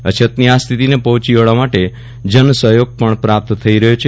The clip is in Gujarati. અછતની આ સ્થિતિને પહોંચી વળવા માટે જનસહયોગ પણ પ્રાપ્ત થઇ રહ્યો છે